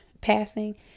Passing